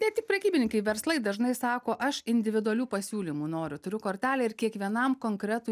ne tik prekybininkai verslai dažnai sako aš individualių pasiūlymų noriu turiu kortelę ir kiekvienam konkretų